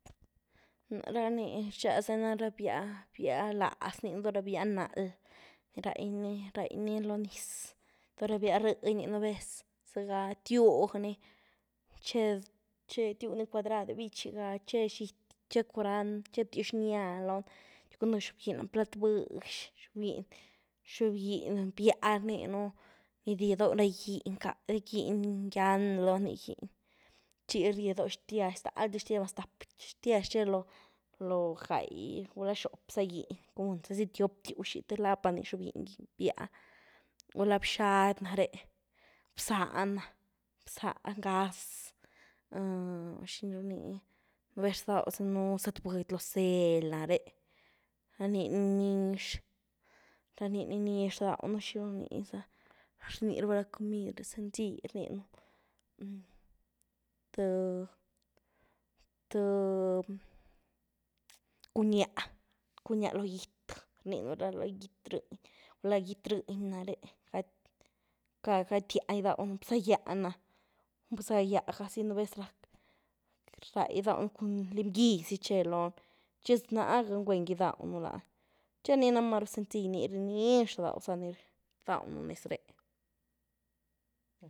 Nare rani rchig laza, nah ra byá, byá láaz rnin do’ ra byá nál, ni raynii, raynii lo nis, do’ ra byá rëny nu’ vez zë’ga tiug ny. che-che tiug ni cuadrade bitchy ga, che xity, che curand, che btiwx xnia lony, cun do’ xob giny lany plat bïx, xob giny, xob giny bya rninu, ni rie do’ ra giny nga, giny ngyan lo nii, giny, chi rye do xtiash, stal zy xtiazh, mas tap zhtiash che lo, lo’ gay, gula shop zaginy, cun zasy tiop btiuxy, ta la’pani zhob giny bya, gula bxady nare, bzah na, bzah ngaz, zhiru nii, nu’ vez rdaw zanu zyt-bëdy lo zely nare’ rani nizh, ranini nizh rdawnu, xyru ni iza rny raba comid ra sencilly rninu, th-th cunya, cunya lo gyth rninu ra lo gity rëny, gula gity rëny nare’ gaty gyah gydawnu, bza gyá na, bza gyá gazy nu’ vez rac, ray gydawnu cun lim gy zy che lony, chi naaga ni gwen gydawnu lany, chi ni na’ maru sencilly, ni nix rdawza ni, rdawnu nez ree’.